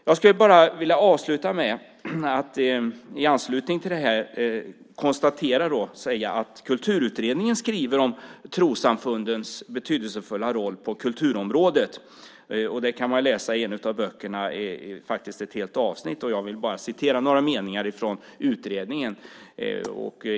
Jag ska i anslutning till detta avsluta med att säga att Kulturutredningen skriver om trossamfundens betydelsefulla roll på kulturområdet. I en av böckerna kan man faktiskt läsa ett helt avsnitt om detta. Jag ska citera några meningar från utredningen.